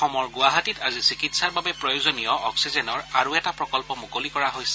অসমৰ গুৱাহাটীত আজি চিকিৎসাৰ বাবে প্ৰয়োজনীয় অক্সিজেনৰ আৰু এটা প্ৰকল্প মুকলি কৰা হৈছে